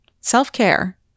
self-care